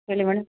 ಹೇಳಿ ಮೇಡಮ್